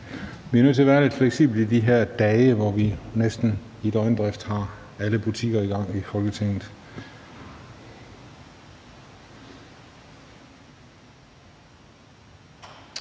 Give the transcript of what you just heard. vi er nødt til at være lidt fleksible i de her dage, hvor vi næsten i døgndrift har alle butikker i gang i Folketinget.